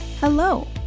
Hello